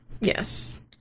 yes